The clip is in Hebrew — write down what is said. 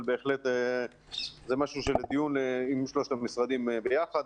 אבל בהחלט זה משהו לדיון עם שלושת המשרדים ביחד.